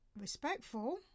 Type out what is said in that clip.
respectful